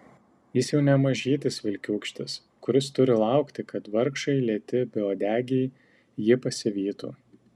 jis jau ne mažytis vilkiūkštis kuris turi laukti kad vargšai lėti beuodegiai ji pasivytų